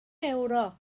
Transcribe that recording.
ewro